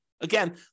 Again